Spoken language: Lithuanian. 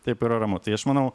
taip yra ramu tai aš manau